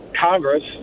Congress